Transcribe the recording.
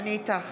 זאב